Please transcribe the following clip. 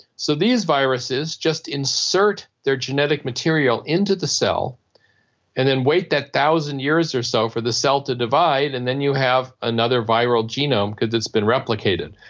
so these viruses just insert their genetic material into the cell and then wait that one thousand years or so for the cell to divide, and then you have another viral genome because it's been replicated.